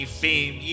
fame